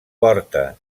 porta